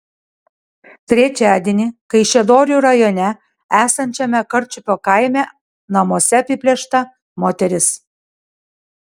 trečiadienį kaišiadorių rajone esančiame karčiupio kaime namuose apiplėšta moteris